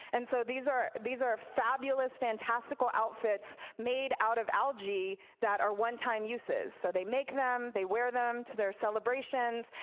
and so these are these are fabulous, fantastical outfits made out of algae that are one time uses. so they make them. they wear them to their celebrations,